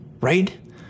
Right